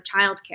childcare